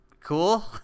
cool